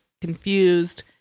confused